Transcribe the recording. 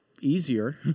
easier